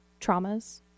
Traumas